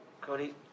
Cody